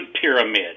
pyramid